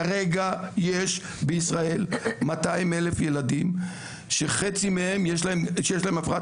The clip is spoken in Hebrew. כרגע יש בישראל 200 אלף ילדים שיש להם הפרעת